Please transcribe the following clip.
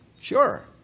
sure